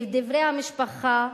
לדברי המשפחה,